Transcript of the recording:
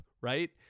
right